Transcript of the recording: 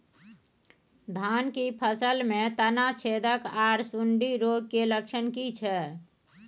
धान की फसल में तना छेदक आर सुंडी रोग के लक्षण की छै?